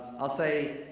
i'll say,